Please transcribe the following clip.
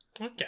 Okay